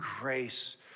grace